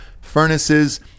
furnaces